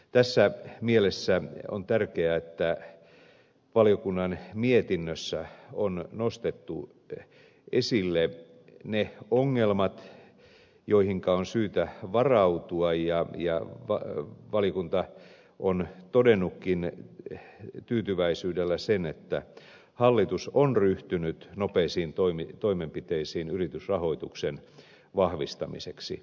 tässä mielessä on tärkeää että valiokunnan mietinnössä on nostettu esille ne ongelmat joihinka on syytä varautua ja valiokunta on todennutkin tyytyväisyydellä sen että hallitus on ryhtynyt nopeisiin toimenpiteisiin yritysrahoituksen vahvistamiseksi